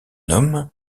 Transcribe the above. homme